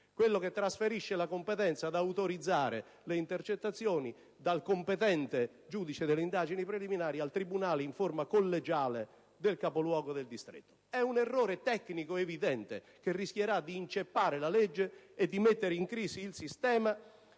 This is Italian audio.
quello che trasferisce la competenza ad autorizzare le intercettazioni dal competente giudice delle indagini preliminari al tribunale in forma collegiale del capoluogo del distretto. È un errore tecnico evidente, che rischierà di inceppare la legge e di mettere in crisi il sistema,